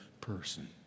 person